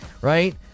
right